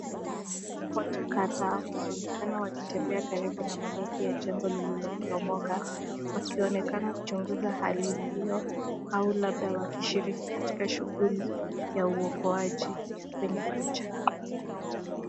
Watu kadhaa wanaonekana wakitembea karibu na mabaki ya jengo lililo poromoka, wakionekana kuchunguza hali hiyo au labda wakishiriki katika shughuli ya uokoaji kwenye picha.